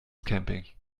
camping